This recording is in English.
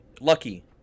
Lucky